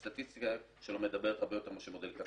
הסטטיסטיקה שלו מדברת הרבה יותר מאשר מודל קטן.